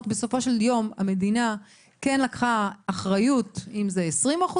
המדינה בסופו של יום כן לקחה אחריות ופיצתה - אם זה 30,